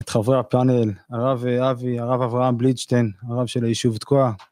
את חברי הפאנל, הרב אבי, הרב אברהם בליטשטיין, הרב של היישוב תקועה.